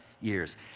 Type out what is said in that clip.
years